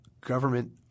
government